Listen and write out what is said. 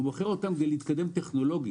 הוא מוכר אותם כדי להתקדם טכנולוגית.